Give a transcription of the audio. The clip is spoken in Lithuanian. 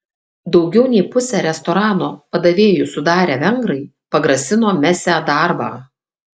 daugiau nei pusę restorano padavėjų sudarę vengrai pagrasino mesią darbą